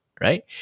right